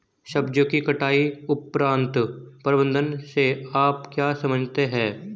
सब्जियों की कटाई उपरांत प्रबंधन से आप क्या समझते हैं?